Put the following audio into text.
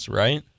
right